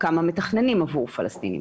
כמה מתכננים עבור פלסטינים,